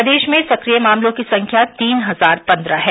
प्रदेश में सक्रिय मामलों की संख्या तीन हजार पन्द्रह है